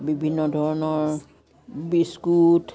বিভিন্ন ধৰণৰ বিস্কুট